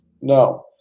No